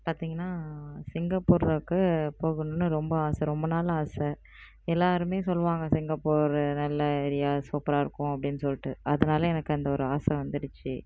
பார்த்திங்கனா சிங்கப்பூருக்கிற போகணுன்னு ரொம்ப ஆசை ரொம்ப நாள் ஆசை எல்லாருமே சொல்வாங்க சிங்கப்பூரு நல்ல ஏரியா சூப்பராக இருக்கும் அப்படின்னு சொல்லிட்டு அதனால எனக்கு அந்த ஒரு ஆசை வந்துடுச்சு